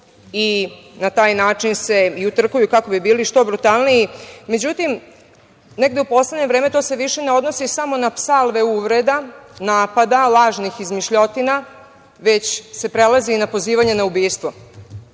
i na taj način se i utrkuju kako bi bili što brutalniji. Međutim, negde u poslednje vreme to se više ne odnosi samo na salve uvreda, napada, lažnih izmišljotina, već se prelazi na pozivanje na